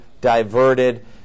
Diverted